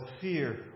fear